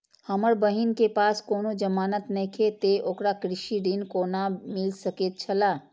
हमर बहिन के पास कोनो जमानत नेखे ते ओकरा कृषि ऋण कोना मिल सकेत छला?